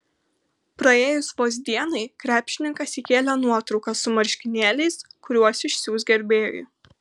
praėjus vos dienai krepšininkas įkėlė nuotrauką su marškinėliais kuriuos išsiųs gerbėjui